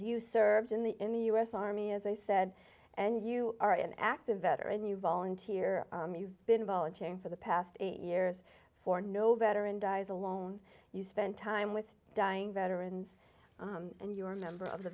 you served in the in the u s army as i said and you are an active veteran you volunteer you've been volunteering for the past eight years for no veteran dies alone you spent time with dying veterans and you are member of the